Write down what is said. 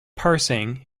parsing